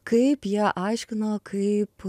kaip jie aiškino kaip